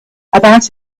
about